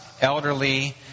elderly